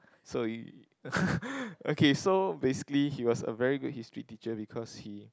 so y~ okay so basically he was a very good History teacher because he